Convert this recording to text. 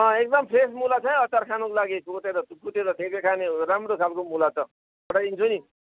अँ एकदम फ्रेस मुला छ है अचार खानुको लागि जोतेर कुटेर खाने राम्रो खालको मुला छ पठाइदिन्छु नि